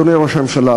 אדוני ראש הממשלה,